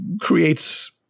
creates